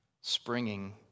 springing